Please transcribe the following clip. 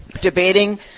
debating